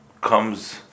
comes